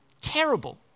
Terrible